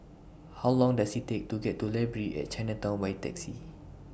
How Long Does IT Take to get to Library At Chinatown By Taxi